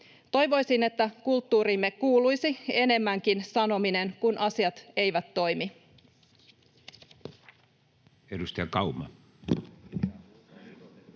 Toivoisin, että kulttuuriimme kuuluisi enemmänkin sanominen, kun asiat eivät toimi.